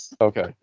Okay